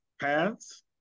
paths